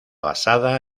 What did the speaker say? basada